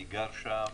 אני גר שם.